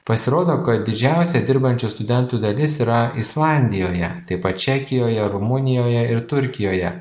pasirodo kad didžiausia dirbančių studentų dalis yra islandijoje taip pat čekijoje rumunijoje ir turkijoje